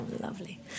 lovely